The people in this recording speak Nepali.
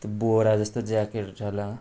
त्यो बोरा जस्तो ज्याकेट